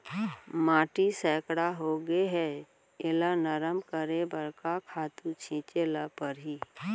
माटी सैकड़ा होगे है एला नरम करे बर का खातू छिंचे ल परहि?